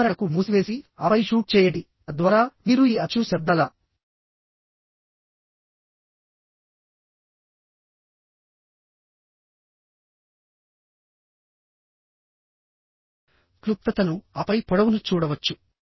ఉదాహరణకు మూసివేసి ఆపై షూట్ చేయండి తద్వారా మీరు ఈ అచ్చు శబ్దాల క్లుప్తతను ఆపై పొడవును చూడవచ్చు